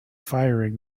firing